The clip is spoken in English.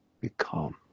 become